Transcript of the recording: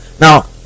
now